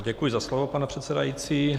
Děkuji za slovo, pane předsedající.